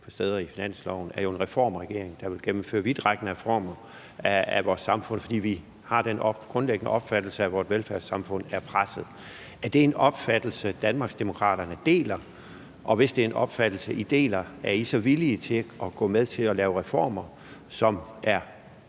nogle steder i finansloven, en reformregering, der vil gennemføre vidtrækkende reformer af vores samfund, fordi vi har den grundlæggende opfattelse, at vores velfærdssamfund er presset. Er det en opfattelse, Danmarksdemokraterne deler? Og hvis det er en opfattelse, I deler, er I så villige til at gå med til at lave reformer, som